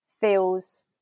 feels